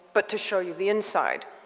but to show you the inside.